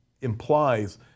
implies